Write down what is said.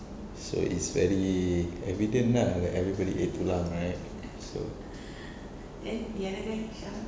so is very evident lah that everybody ate tulang right so